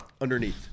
underneath